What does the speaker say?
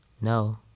No